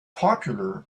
popular